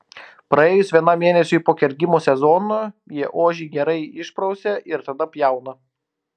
praėjus vienam mėnesiui po kergimo sezono jie ožį gerai išprausia ir tada pjauna